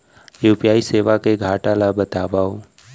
UPI सेवा के घाटा ल बतावव?